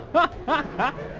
but huh?